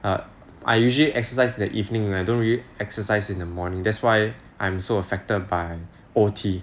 err I usually exercise in the evening I don't really exercise in the morning that's why I'm so affected by O_T